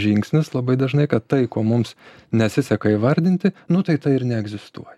žingsnis labai dažnai kad tai ko mums nesiseka įvardinti nu tai tai ir neegzistuoja